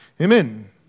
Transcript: amen